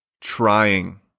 trying